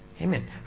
Amen